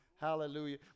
Hallelujah